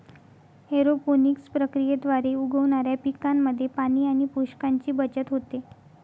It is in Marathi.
एरोपोनिक्स प्रक्रियेद्वारे उगवणाऱ्या पिकांमध्ये पाणी आणि पोषकांची बचत होते